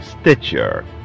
Stitcher